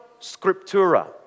scriptura